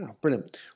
Brilliant